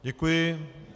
Děkuji.